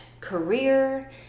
career